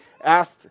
asked